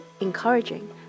encouraging